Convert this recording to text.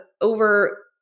over